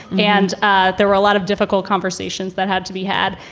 and ah there were a lot of difficult conversations that had to be had.